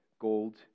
gold